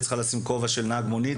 את צריכה לשים כובע של נהג מונית,